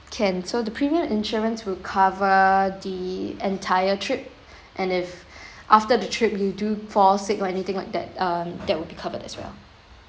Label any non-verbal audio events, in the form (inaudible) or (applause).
can so the premium insurance will cover the entire trip and if (breath) after the trip you do fall sick or anything like that uh that will be covered as well